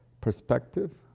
perspective